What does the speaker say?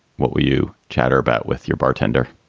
what were you chatter about with your bartender?